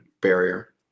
barrier